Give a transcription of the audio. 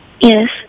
Yes